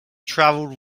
travelled